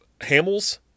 Hamels